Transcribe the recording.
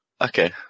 Okay